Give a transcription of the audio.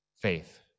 faith